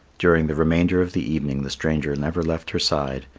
during the remainder of the evening the stranger never left her side,